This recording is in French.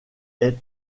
est